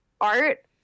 art